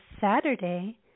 Saturday